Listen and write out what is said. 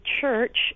church